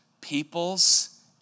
peoples